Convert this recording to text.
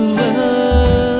love